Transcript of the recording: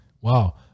wow